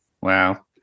Wow